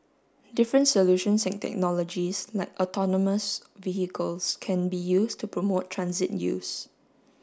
different solutions and technologies like autonomous vehicles can be used to promote transit use